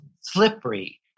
slippery